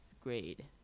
grade